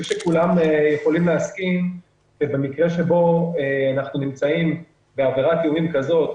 שכולם יכולים להסכים שבמקרה של עבירת איומים כזאת,